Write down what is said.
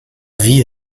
wie